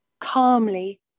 calmly